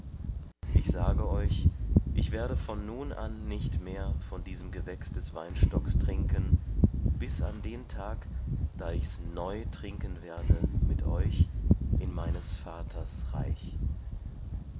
ich sage euch ich werde von nun an nicht mehr von diesen gewächs des weinstocks trinken bis an den tag da ich's neu trinken werde mit euch in meines vaters reich